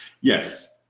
Yes